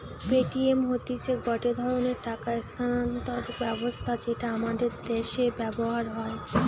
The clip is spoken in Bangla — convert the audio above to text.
পেটিএম হতিছে গটে ধরণের টাকা স্থানান্তর ব্যবস্থা যেটা আমাদের দ্যাশে ব্যবহার হয়